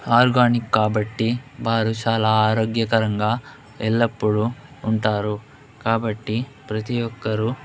organic కాబట్టి వారు చాలా ఆరోగ్యకరంగా ఎల్లప్పుడూ ఉంటారు కాబట్టి ప్రతి ఒక్కరూ